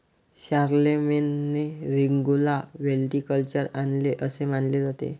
शारलेमेनने रिंगौला व्हिटिकल्चर आणले असे मानले जाते